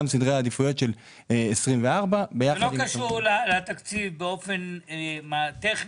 סדרי העדיפויות של 2024. זה לא קשור לתקציב באופן טכני.